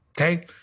okay